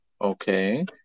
Okay